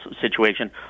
situation